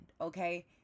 Okay